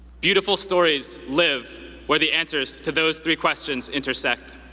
beautiful stories live where the answers to those three questions intersect.